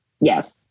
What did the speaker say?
Yes